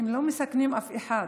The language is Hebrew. הם לא מסכנים אף אחד,